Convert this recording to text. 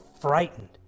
frightened